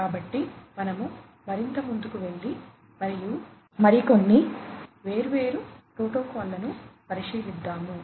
కాబట్టి మనము మరింత ముందుకు వెళ్లి మరియు మరికొన్ని వేర్వేరు ప్రోటోకాల్లను పరిశీలిద్దాము